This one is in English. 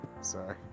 sorry